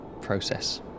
process